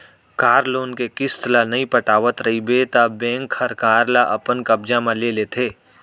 car loan के किस्त ल नइ पटावत रइबे त बेंक हर कार ल अपन कब्जा म ले लेथे